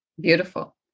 Beautiful